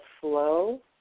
flow